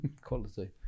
Quality